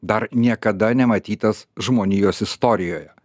dar niekada nematytas žmonijos istorijoje